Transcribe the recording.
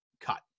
cut